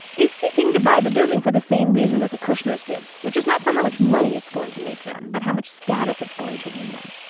is seeking to buy the building for the same reason that the kushner's did, which is not for how much money it's going to make them, but how much status it's going to win them.